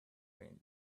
wind